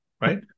right